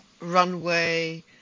runway